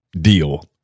deal